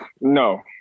no